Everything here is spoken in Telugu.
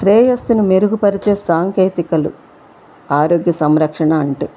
శ్రేయస్సును మెరుగు పరిచే సాంకేతికలు ఆరోగ్య సంరక్షణ అంటే